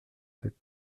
sept